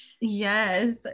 Yes